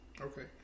Okay